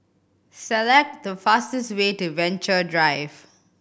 select the fastest way to Venture Drive